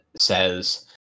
says